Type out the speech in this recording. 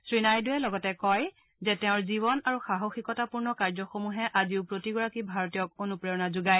শ্ৰীনাইডুৱে লগতে কয় যে তেওঁৰ জীৱন আৰু সাহসিকতাপুৰ্ণ কাৰ্যসমূহে আজিও প্ৰতিগৰাকী ভাৰতীয়ক অনুপ্ৰেৰণা যোগায়